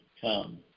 come